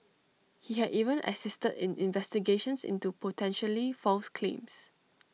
he had even assisted in investigations into potentially false claims